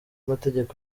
mategeko